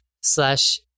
slash